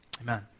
Amen